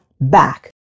back